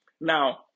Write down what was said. Now